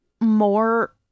more